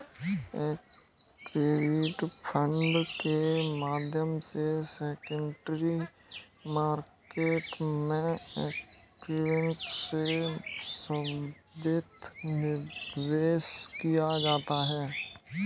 equity fund के माध्यम से सेकेंडरी मार्केट में इक्विटी से संबंधित निवेश किया जाता है